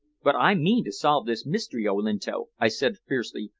but i mean to solve this mystery, olinto, i said fiercely,